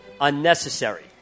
unnecessary